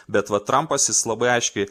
bet va trampas jis labai aiškiai